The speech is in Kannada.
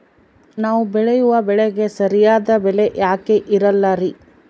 ನಾವು ಬೆಳೆಯುವ ಬೆಳೆಗೆ ಸರಿಯಾದ ಬೆಲೆ ಯಾಕೆ ಇರಲ್ಲಾರಿ?